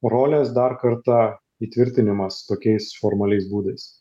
rolės dar kartą įtvirtinimas tokiais formaliais būdais